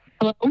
Hello